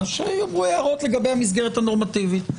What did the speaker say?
שיעיר הערות לגבי המסגרת הנורמטיבית.